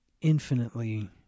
infinitely